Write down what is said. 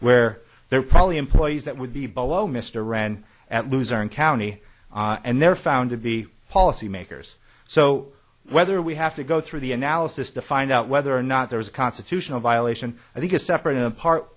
where there are probably employees that would be below mr ran at loser income downy and they're found to be policy makers so whether we have to go through the analysis to find out whether or not there was a constitutional violation i think is separate and apart